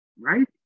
right